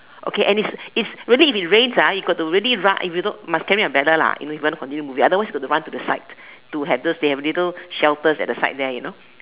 okay and it's it's really if it's rains ah you got to really run if you don't must carry umbrella lah if you want to continue movie otherwise got to run to the side to have those they have little those shelters at the side there you know